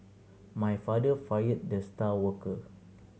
my father fired the star worker